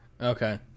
Okay